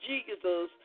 Jesus